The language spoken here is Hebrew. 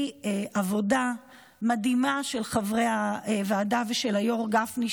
עבודה מדהימה של חברי הוועדה ושל היו"ר גפני,